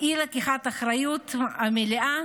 אי-לקיחת אחריות מלאה